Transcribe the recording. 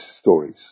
stories